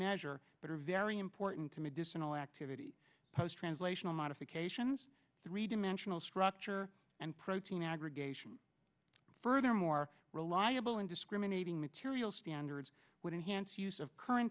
measure that are very important to medicinal activity post translational modifications three dimensional structure and protein aggregation furthermore reliable and discriminating material standards would enhance use of c